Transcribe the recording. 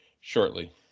shortly